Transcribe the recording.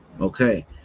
Okay